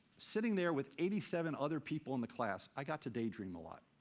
sitting there with eighty seven other people in the class, i got to daydream a lot.